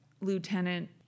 Lieutenant